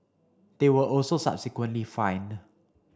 they were also subsequently fined